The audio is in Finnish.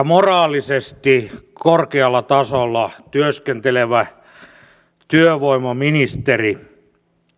moraalisesti korkealla tasolla työskentelevä työvoimaministeri